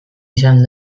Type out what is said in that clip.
izan